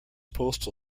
postal